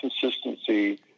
consistency